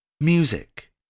music